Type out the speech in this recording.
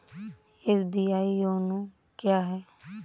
SBI YONO क्या है?